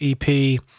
EP